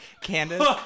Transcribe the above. Candace